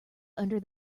under